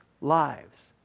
lives